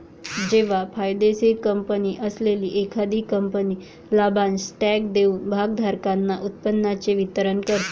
जेव्हा फायदेशीर कंपनी असलेली एखादी कंपनी लाभांश स्टॉक देऊन भागधारकांना उत्पन्नाचे वितरण करते